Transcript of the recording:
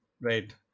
Right